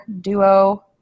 duo